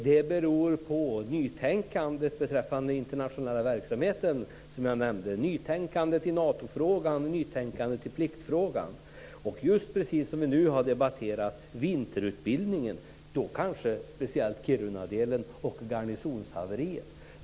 Det beror på nytänkande beträffande den internationella verksamheten, som jag nämnde, nytänkande i Natofrågan, nytänkande i pliktfrågan och det vi just nu har debatterat, vinterutbildningen, då kanske speciellt Kiruna och garnisonshaveriet.